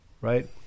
right